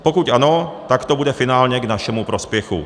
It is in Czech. Pokud ano, tak to bude finálně k našemu prospěchu.